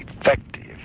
effective